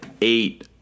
eight